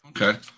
Okay